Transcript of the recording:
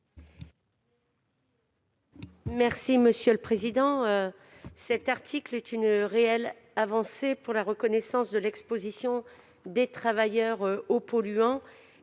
sur l'article. Cet article est une réelle avancée pour la reconnaissance de l'exposition des travailleurs aux polluants,